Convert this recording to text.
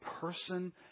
person